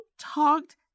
talked